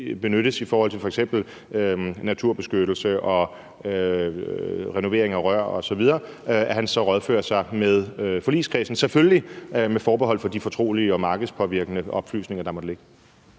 benyttes i forhold til f.eks. naturbeskyttelse og renovering af rør osv., så rådfører ministeren sig med forligskredsen, selvfølgelig med forbehold for de fortrolige og markedspåvirkende oplysninger, der måtte ligge.